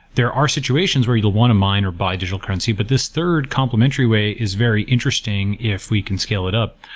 there are situations where you want to mind or buy digital currency, but this third complementary way is very interesting if we can scale it up.